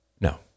No